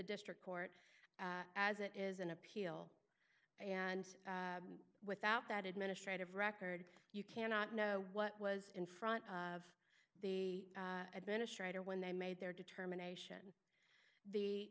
district court as it is an appeal and without that administrative record you cannot know what was in front of the administrator when they made their determination the